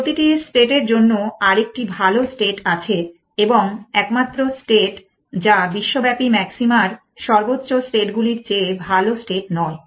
প্রতিটি স্টেট এর জন্য আরেকটি ভাল স্টেট আছে এবং একমাত্র স্টেট যা বিশ্বব্যাপী ম্যাক্সিমা র সর্বোচ্চ স্টেট গুলির চেয়ে ভাল স্টেট নয়